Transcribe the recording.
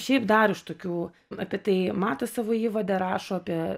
šiaip dar iš tokių apie tai matas savo įvade rašo apie